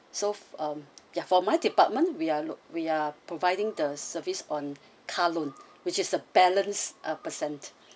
so um yeah for my department we are we are providing the service on car loan which is a balance ah percent